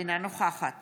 אינה נוכחת